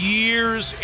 years